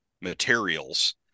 materials